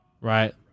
right